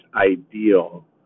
ideal